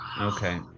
okay